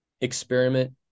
experiment